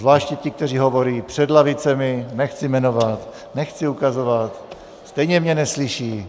Zvláště ti, kteří hovoří před lavicemi, nechci jmenovat, nechci ukazovat, stejně mě neslyší.